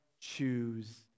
choose